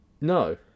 No